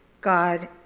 God